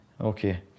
Okay